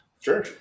Sure